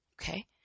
Okay